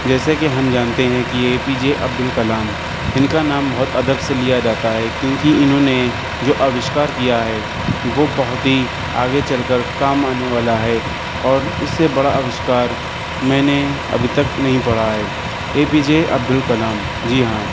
جیسے کہ ہم جانتے ہیں کہ A P J Abdul Kalam ان کا نام بہت ادب سے لیا جاتا ہے کیونکہ انہوں نے جو آوشکارکیا ہے وہ بہت ہی آگے چل کر کام آنے والا ہے اور اس سے بڑا آوشکار میں نے ابھی تک نہیں پڑھا ہے A P J Abdul Kalam ji ہاں